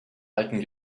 alten